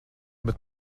bet